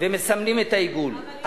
ומסמנים את העיגול.